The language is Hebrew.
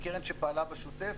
היא קרן שפעלה בשוטף.